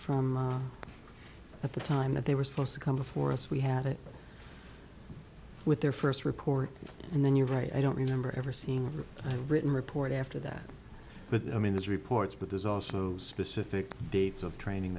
from at the time that they were supposed to come before us we had it with their first report and then you're right i don't remember ever seeing a written report after that but i mean these reports but there's also specific dates of training